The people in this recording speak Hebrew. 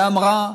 ואמרה: